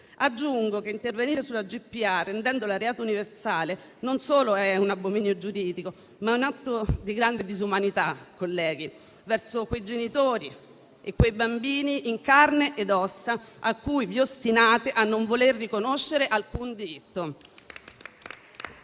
Aggiungo che intervenire sulla GPA rendendola reato universale non solo è un abominio giuridico, ma è anche un atto di grande disumanità, colleghi, verso quei genitori e quei bambini in carne e ossa ai quali vi ostinate a non voler riconoscere alcun diritto.